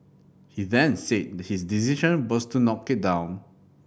he then said his decision was to knock it down